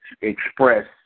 express